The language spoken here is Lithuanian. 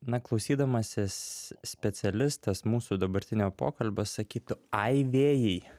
na klausydamasis specialistas mūsų dabartinio pokalbio sakytų ai vėjai